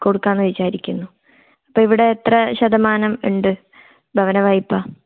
കൊടുക്കാന്ന് വിചാരിക്കുന്നു അപ്പോൾ ഇവിടെ എത്ര ശതമാനം ഉണ്ട് ഭവന വയ്പ്പ